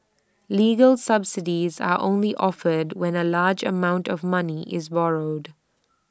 legal subsidies are only offered when A large amount of money is borrowed